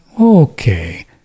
okay